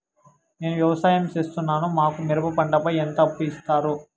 నేను వ్యవసాయం సేస్తున్నాను, మాకు మిరప పంటపై ఎంత అప్పు ఇస్తారు